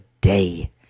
day